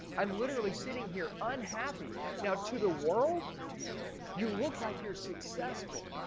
i'm literally sitting here unhappy now to the world you look like you're successful.